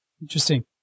Interesting